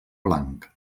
blanc